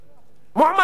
מועמדות.